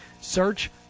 Search